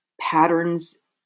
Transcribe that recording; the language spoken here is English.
patterns